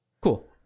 Cool